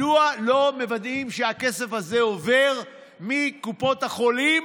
מדוע לא מוודאים שהכסף הזה עובר מקופות החולים